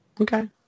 Okay